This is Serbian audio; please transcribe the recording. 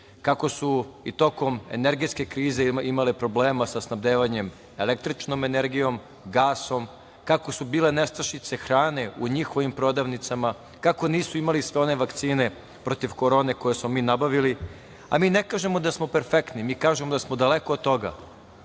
kako su i tokom energetske krize imale problema sa snabdevanjem električnom energijom, gasom, kako su bile nestašice hrane u njihovim prodavnicama, kako nisu imali sve one vakcine protiv korone koje smo mi nabavili. Mi ne kažemo da smo perfektni. Mi kažemo da smo daleko od toga.